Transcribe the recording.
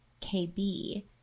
KB –